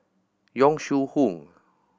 Yong Shu Hoong